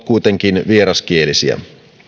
kuitenkin vieraskielisiä